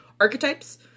archetypes